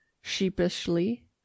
sheepishly